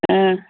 ꯑ